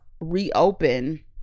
reopen